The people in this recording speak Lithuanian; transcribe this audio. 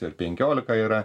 ir penkiolika yra